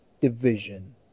division